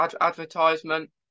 advertisement